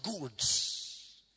goods